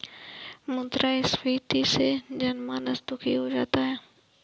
मुद्रास्फीति से जनमानस दुखी हो जाता है